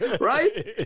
Right